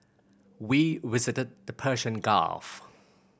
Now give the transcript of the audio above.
we visited the Persian Gulf